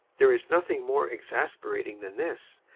there is nothing more exasperating than this,